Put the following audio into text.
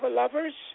lovers